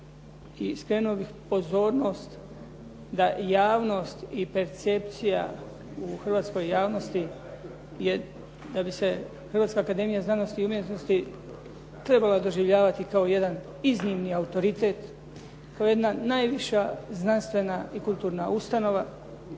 skrenuo bih pozornost da javnost i percepcija u hrvatskoj javnosti je, da bi se Hrvatska akademija znanosti i umjetnosti trebala doživljavati kao jedan iznimni autoritet, kao jedna najviša znanstvena i kulturna ustanova